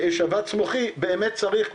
שבץ מוחי באמת צריך,